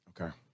Okay